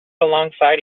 alongside